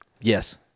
Yes